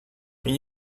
can